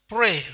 Pray